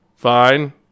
Fine